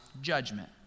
judgment